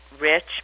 rich